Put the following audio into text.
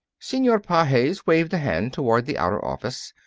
senor pages waved a hand toward the outer office.